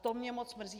To mě moc mrzí.